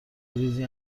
ریزی